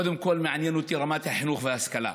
קודם כול מעניין אותי רמת החינוך וההשכלה,